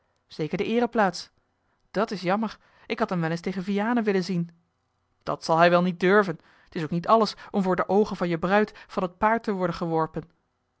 zeker de eereplaats dat is jammer ik had hem wel eens tegen vianen willen zien dat zal hij wel niet durven t is ook niet alles om voor de oogen van je bruid van t paard te worden geworpen